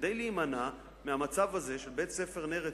כדי להימנע מהמצב הזה של בית-ספר "נר עציון"